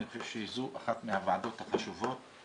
אני חושב שזו אחת מהוועדות החשובות,